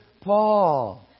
Paul